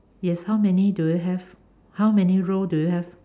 yes how many do you have how many row do you have